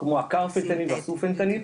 כלומר קרפנטניל והפופנטניל,